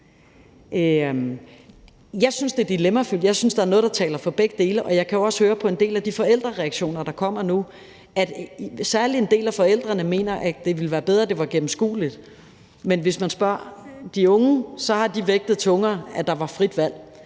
Jeg synes, det er dilemmafyldt, jeg synes, der er noget, der taler for begge dele, og jeg kan jo også høre på en del af de forældrereaktioner, der kommer nu, at særlig en del af forældrene mener, at det ville være bedre, det var gennemskueligt. Men hvis man spørger de unge, har de vægtet det tungere, at der var frit valg,